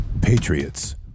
Patriots